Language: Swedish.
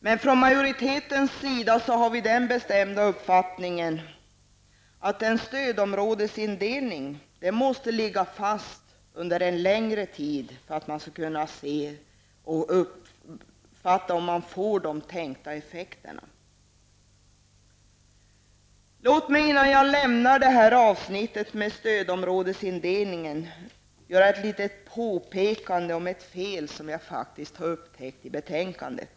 Men utskottsmajoriteten har den bestämda uppfattningen att en stödområdesindelning måste ligga fast under en längre tid för att det skall vara möjligt att se om de effekter som man hade tänkt sig verkligen har uppnåtts. Låt mig innan jag lämnar detta avsnitt om stödområdesindelningen göra ett litet påpekande om ett fel som jag har upptäckt i betänkandet.